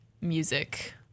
music